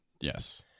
Yes